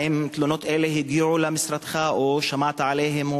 האם תלונות אלה הגיעו למשרדך או שמעת עליהן,